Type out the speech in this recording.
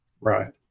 Right